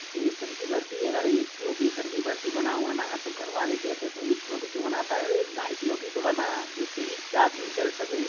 बेसन की बर्फी अगर एक किलो बेसन की बर्फी बनावा ना तो घरवाले कहते हैं तुम एक किलो की क्यों बनाता है बे ढाई किलो की तो बना जिससे कि चार दिन चल सके